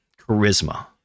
charisma